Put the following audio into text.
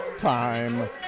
Time